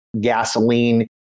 gasoline